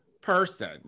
person